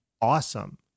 awesome